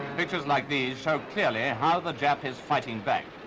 pictures like these show clearly how the jap is fighting back.